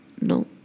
No